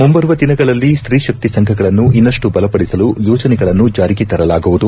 ಮುಂಬರುವ ದಿನಗಳಲ್ಲಿ ಸ್ತೀಶಕ್ತಿ ಸಂಘಗಳನ್ನು ಇನ್ನಷ್ಟು ಬಲಪಡಿಸಲು ಯೋಜನೆಗಳನ್ನು ಜಾರಿಗೆ ತರಲಾಗುವುದು